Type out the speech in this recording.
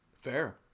Fair